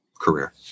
career